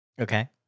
okay